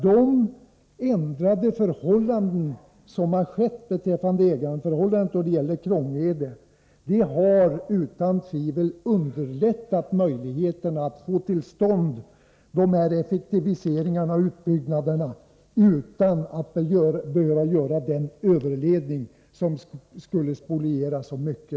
De ändrade ägarförhållandena — jag tänker på Krångede — har utan tvivel underlättat möjligheten att få till stånd sådana effektiviseringar och utbyggnader utan att man behöver göra den överledning som skulle spoliera så mycket.